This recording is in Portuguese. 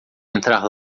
entrar